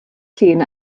llun